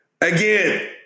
Again